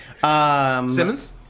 Simmons